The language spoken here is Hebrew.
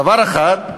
דבר אחד,